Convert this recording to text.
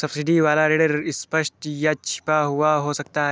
subsidy वाला ऋण स्पष्ट या छिपा हुआ हो सकता है